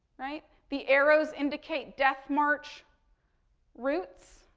right. the arrows indicate death march roots.